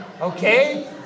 Okay